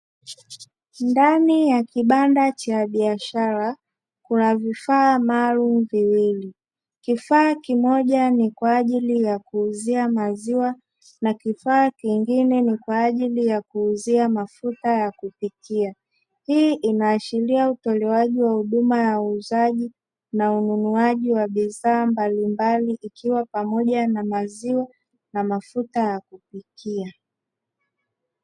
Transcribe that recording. Ndani ya kibanda cha biashara kuna vifaa maalumu viwili. Kifaa kimoja ni kwa ajili ya kuuzia maziwa na kifaa kingine ni kwa ajili ya kuuzia mafuta ya kupikia. Hii inaashiria utolewaji wa huduma ya uuzaji na ununuaji wa bidhaa mbalimbali zikiwa pamoja na maziwa na mafuta ya kupikia.